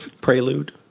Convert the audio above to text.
Prelude